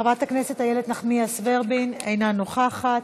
חברת הכנסת איילת נחמיאס ורבין, אינה נוכחת,